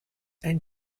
ein